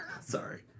Sorry